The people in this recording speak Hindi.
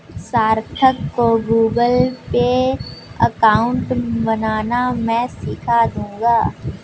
सार्थक को गूगलपे अकाउंट बनाना मैं सीखा दूंगा